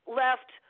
left